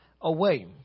away